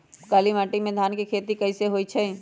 काली माटी में धान के खेती कईसे होइ छइ?